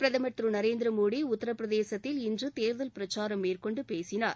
பிரதமர் திரு நரேந்திர மோடி உத்தரப்பிரதேசத்தில் இன்று தேர்தல் பிரச்சாரம் மேற்கொண்டு பேசினார்